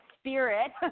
spirit